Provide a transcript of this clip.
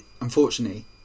unfortunately